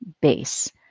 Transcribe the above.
base